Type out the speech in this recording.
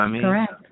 correct